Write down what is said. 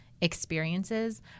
experiences